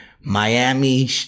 Miami